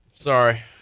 Sorry